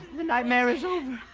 the nightmare is over.